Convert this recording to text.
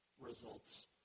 results